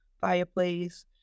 fireplace